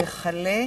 וילף,